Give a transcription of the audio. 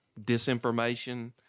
disinformation